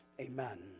Amen